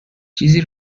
چیزی